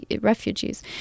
refugees